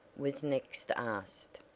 was next asked.